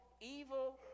evil